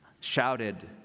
shouted